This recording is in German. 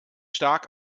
stark